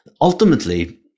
ultimately